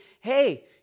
hey